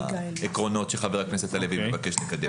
העקרונות שחבר הכנסת הלוי מבקש לקדם.